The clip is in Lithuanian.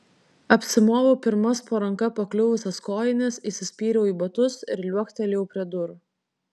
apsimoviau pirmas po ranka pakliuvusias kojines įsispyriau į batus ir liuoktelėjau prie durų